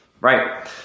right